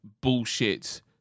bullshit